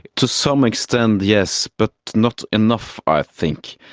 to some extent, yes, but not enough, i think.